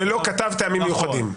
ולא כתב טעמים מיוחדים.